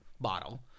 bottle